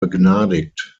begnadigt